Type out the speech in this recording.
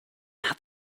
hat